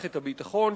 למערכת הביטחון,